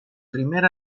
primer